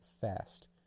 fast